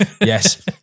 Yes